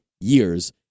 years